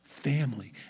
family